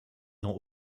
noms